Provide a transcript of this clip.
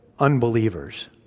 unbelievers